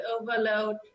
overload